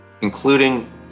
including